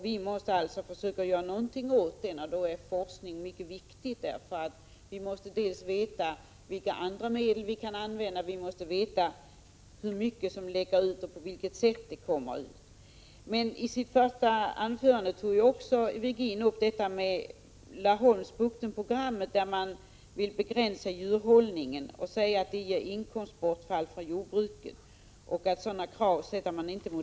Vi måste alltså försöka göra någonting åt detta, och då är forskningen mycket viktig, dels för att vi skall få veta vilka andra medel vi kan använda, dels för att få uppgift om hur mycket som läcker ut och på vilket sätt det gör det. Ivar Virgin tog i sitt första anförande upp programmet avseende Laholmsbukten, där man vill begränsa djurhållningen. Han sade att detta ger inkomstbortfall för jordbruket och att man inte ställer upp liknande krav gentemot LO.